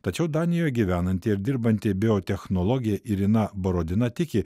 tačiau danijoje gyvenanti ir dirbanti biotechnologė irina borodina tiki